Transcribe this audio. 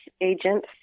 agent